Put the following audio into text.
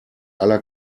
aller